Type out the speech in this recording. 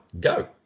go